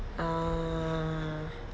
ah